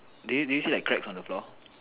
do you do you see like cracks on the floor